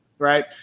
right